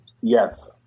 Yes